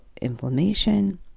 inflammation